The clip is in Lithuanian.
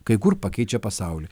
kai kur pakeičia pasaulį